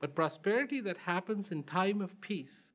but prosperity that happens in time of peace